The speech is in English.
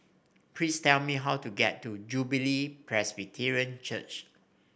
please tell me how to get to Jubilee Presbyterian Church